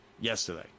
yesterday